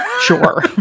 Sure